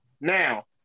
Now